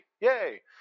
Yay